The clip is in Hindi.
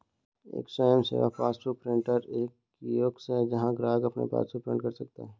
एक स्वयं सेवा पासबुक प्रिंटर एक कियोस्क है जहां ग्राहक अपनी पासबुक प्रिंट कर सकता है